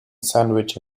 sandwich